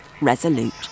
resolute